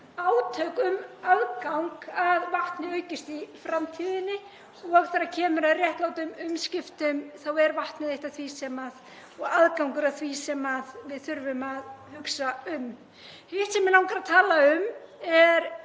átök um aðgang að vatni aukist í framtíðinni, og þegar kemur að réttlátum umskiptum er vatn og aðgangur að því eitt af því sem við þurfum að hugsa um. Hitt sem mig langar að tala um er